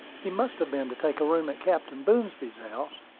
he must have been, to take a room at captain boomsby's house.